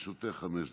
לרשותך חמש דקות.